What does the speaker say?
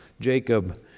Jacob